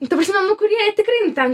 nu ta prasme nu kurie tikrai nu ten